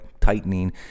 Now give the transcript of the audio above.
tightening